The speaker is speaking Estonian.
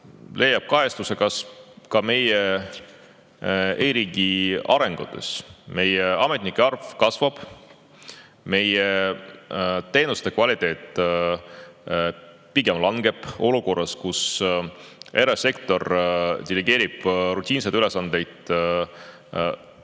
leiab kajastuse ka meie e-riigi arengutes. Meie ametnike arv kasvab, meie teenuste kvaliteet pigem langeb. Olukorras, kus erasektor dirigeerib rutiinseid ülesandeid